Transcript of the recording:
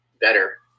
better